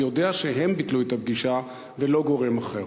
אני יודע שהם ביטלו את הפגישה ולא גורם אחר.